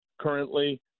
currently